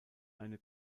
eine